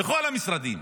לכל המשרדים.